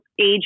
age